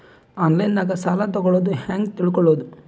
ಆನ್ಲೈನಾಗ ಸಾಲ ತಗೊಳ್ಳೋದು ಹ್ಯಾಂಗ್ ತಿಳಕೊಳ್ಳುವುದು?